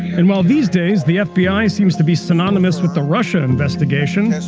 and while these days the fbi seems to be synonymous with the russia investigation,